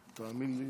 תודה.